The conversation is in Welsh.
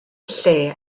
lle